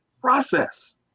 process